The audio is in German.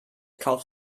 kaufst